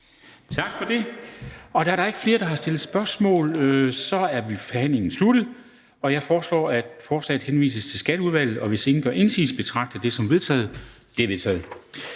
Tak for det. Da der ikke er flere, der har stillet spørgsmål, er forhandlingen sluttet. Jeg foreslår, at forslaget henvises til Skatteudvalget. Hvis ingen gør indsigelse, betragter jeg det som vedtaget. Det er vedtaget.